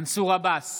מנסור עבאס,